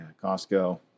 Costco